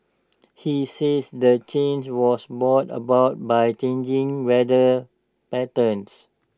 he saids the change was brought about by changing weather patterns